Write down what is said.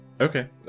Okay